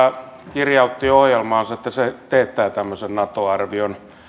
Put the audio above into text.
kirjautti ohjelmaansa että se teettää tämmöisen nato arvion